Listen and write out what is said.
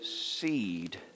seed